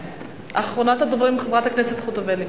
אחרונת הדוברים, חברת הכנסת חוטובלי.